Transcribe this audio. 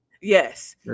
Yes